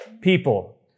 people